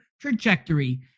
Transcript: trajectory